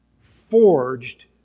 forged